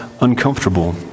uncomfortable